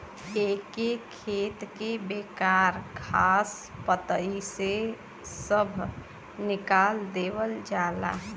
एके खेत के बेकार घास पतई से सभ निकाल देवल जाला